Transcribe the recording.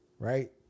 Right